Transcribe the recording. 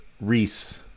Reese